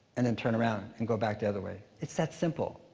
and then, turn around and go back the other way. it's that simple.